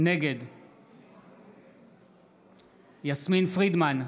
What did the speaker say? נגד יסמין פרידמן,